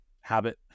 habit